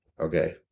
Okay